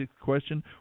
question